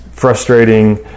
Frustrating